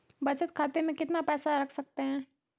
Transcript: बचत खाते में कितना पैसा रख सकते हैं?